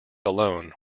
alone